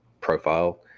profile